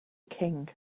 king